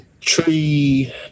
Tree